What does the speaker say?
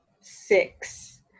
Six